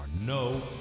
no